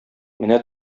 менә